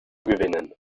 gewinnen